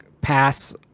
pass